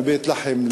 מבית-לחם,